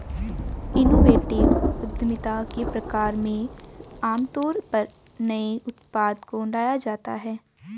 innovative उद्यमिता के प्रकार में आमतौर पर नए उत्पाद को लाया जाता है